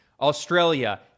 Australia